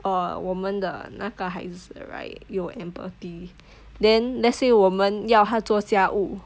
err 我们的那个孩子 right 有 empathy then let's say 我们要他做家务 then